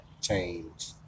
change